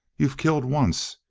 you've killed once.